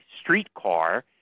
streetcar